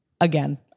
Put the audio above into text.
again